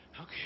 Okay